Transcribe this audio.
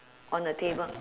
on the table